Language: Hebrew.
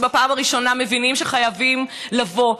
שבפעם הראשונה מבינים שחייבים לבוא.